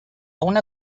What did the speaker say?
una